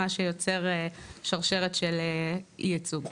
מה שיוצר שרשרת של אי ייצוג.